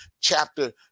chapter